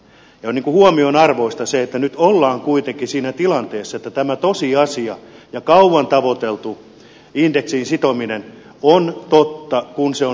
on huomionarvoista se että nyt ollaan kuitenkin siinä tilanteessa että tämä tosiasia ja kauan tavoiteltu indeksiin sitominen on totta kun se on hallitusohjelmaan kirjattu